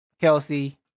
Kelsey